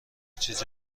چیزی